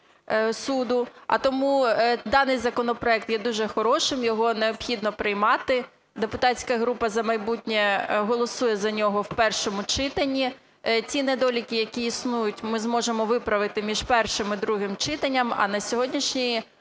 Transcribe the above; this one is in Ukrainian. а тому даний законопроект є дуже хорошим, його необхідно приймати. Депутатська група "За майбутнє" голосує за нього в першому читанні. Ті недоліки, які існують, ми зможемо виправити між першим і другим читанням. А на сьогоднішній